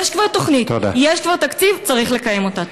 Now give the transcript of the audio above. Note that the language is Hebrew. כבר יש תוכנית, כבר יש תקציב, צריך לקיים אותה.